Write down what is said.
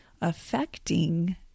affecting